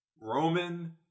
Roman